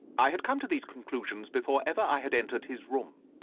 i had come to these conclusions before ever i had entered his room.